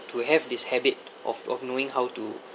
to have this habit of of knowing how to